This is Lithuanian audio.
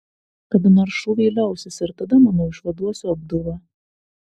kada nors šūviai liausis ir tada maniau išvaduosiu abdulą